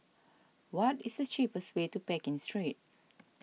what is the cheapest way to Pekin Street